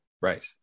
right